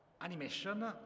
animation